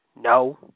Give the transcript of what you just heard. No